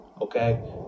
okay